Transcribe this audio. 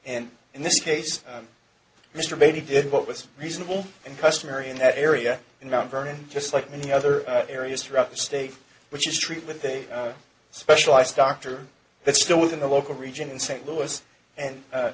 and in this case mr bailey did what was reasonable and customary in that area in mount vernon just like many other areas throughout the state which is treat with a specialized doctor that's still within the local region in st louis and